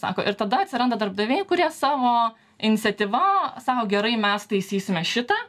sako ir tada atsiranda darbdaviai kurie savo iniciatyva sako gerai mes taisysime šitą